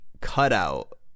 cutout